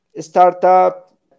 startup